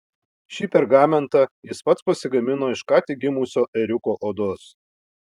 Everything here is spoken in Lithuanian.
šį pergamentą jis pats pasigamino iš ką tik gimusio ėriuko odos